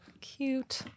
Cute